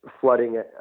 flooding